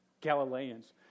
Galileans